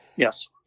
Yes